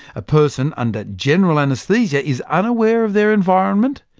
a person under general anaesthesia is unaware of their environment,